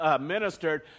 ministered